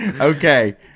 Okay